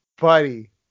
buddy